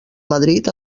madrid